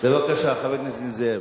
חבר הכנסת נסים זאב.